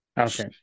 okay